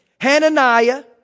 Hananiah